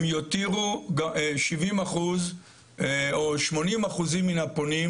הם יותירו 70% או 80% מן הפונים.